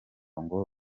ngo